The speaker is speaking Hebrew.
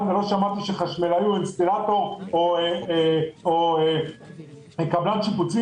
ולא שמעתי שחשמלאי או אינסטלטור או קבלן שיפוצים